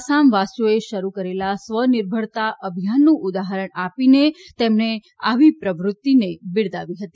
આસામવાસીઓએ શરૂ કરેલા સ્વનિર્ભરતા અભિયાનનું ઉદાહરણ આપીને તેમણે આવી પ્રવૃત્તિને બિરદાવી હતી